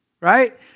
Right